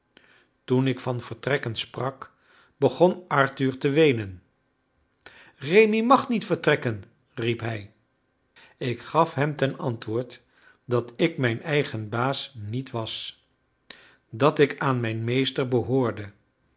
toen ik van vertrekken sprak begon arthur te weenen rémi mag niet vertrekken riep hij ik gaf hem ten antwoord dat ik mijn eigen baas niet was dat ik aan mijn meester behoorde